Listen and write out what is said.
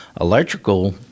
electrical